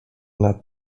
nad